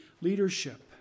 leadership